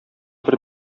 бер